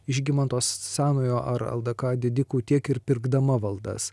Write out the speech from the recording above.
žygimanto senojo ar ldk didikų tiek ir pirkdama valdas